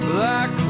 Black